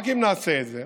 רק אם נעשה את זה